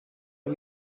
are